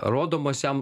rodomas jam